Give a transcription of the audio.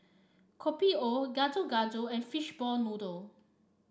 Kopi O Gado Gado and Fishball Noodle